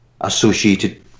associated